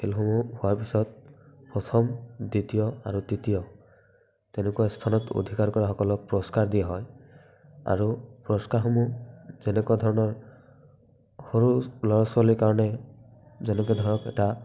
খেলসমূহ হোৱাৰ পিছত প্ৰথম দ্বিতীয় আৰু তৃতীয় তেনেকুৱা স্থানত অধিকাৰ কৰাসকলক পুৰষ্কাৰ দিয়া হয় আৰু পুৰষ্কাৰসমূহ যেনেধৰণৰ সৰু ল'ৰা ছোৱালীৰ কাৰণে যেনেকে ধৰক এটা